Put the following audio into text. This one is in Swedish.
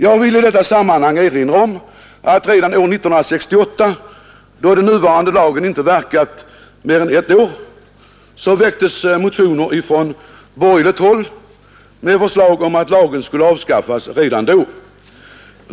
Jag vill i detta sammanhang erinra om att redan år 1968, då den nuvarande lagen inte verkat mer än ett år, väcktes motioner från borgerligt håll med förslag att lagen skulle avskaffas redan då.